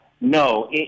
No